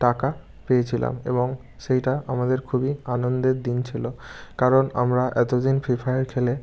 টাকা পেয়েছিলাম এবং সেইটা আমাদের খুবই আনন্দের দিন ছিল কারণ আমরা এতদিন ফ্রি ফায়ার খেলে